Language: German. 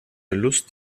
lust